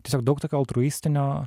tiesiog daug tokio altruistinio